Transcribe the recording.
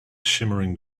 shimmering